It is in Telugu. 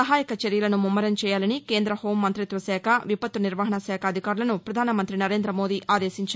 సహాయ చర్యలను ముమ్మరం చేయాలని కేంద్ర హోంమంతిత్వశాఖ విపత్తు నిర్వహణశాఖ అధికారులను ప్రధానమంత్రి నరేం్రద మోదీ ఆదేశించారు